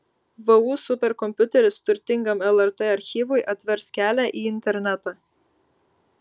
vu superkompiuteris turtingam lrt archyvui atvers kelią į internetą